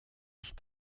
ich